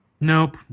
Nope